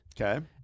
Okay